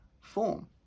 form